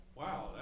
Wow